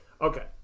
Okay